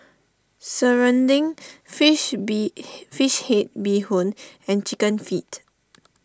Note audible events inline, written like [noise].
Serunding Fish Bee [noise] Fish Head Bee Hoon and Chicken Feet